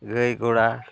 ᱜᱟᱹᱭ ᱜᱚᱲᱟ